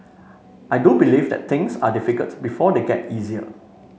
I do believe that things are difficult before they get easier